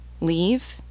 Leave